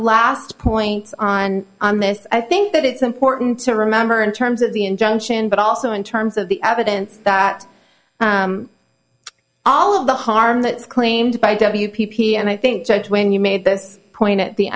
last points on this i think that it's important to remember in terms of the injunction but also in terms of the evidence that all of the harm that claimed by w p p and i think judge when you made this point at the